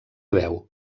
veu